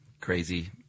Crazy